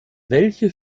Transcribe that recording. welche